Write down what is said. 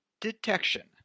detection